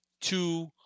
two